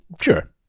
Sure